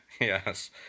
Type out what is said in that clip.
Yes